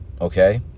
okay